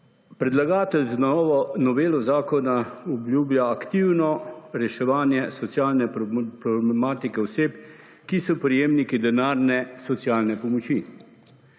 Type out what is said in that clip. Predlagatelj z novo novelo zakona obljublja aktivno reševanje socialne problematike oseb, ki so prejemniki denarne socialne pomoči,